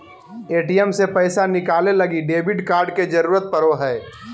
ATM से पैसा निकाले लगी डेबिट कार्ड के जरूरत पड़ो हय